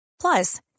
Plus